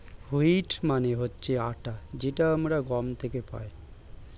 wheat মানে হচ্ছে আটা যেটা আমরা গম থেকে পাই